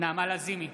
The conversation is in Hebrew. נעמה לזימי,